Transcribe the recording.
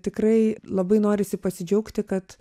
tikrai labai norisi pasidžiaugti kad